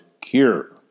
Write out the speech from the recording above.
Cure